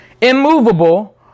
immovable